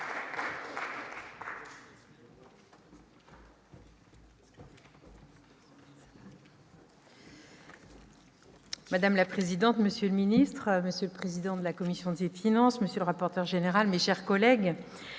Madame la présidente, monsieur le ministre, monsieur le président de la commission des finances, monsieur le rapporteur général, mes chers collègues,